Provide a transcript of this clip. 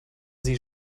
sie